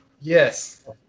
Yes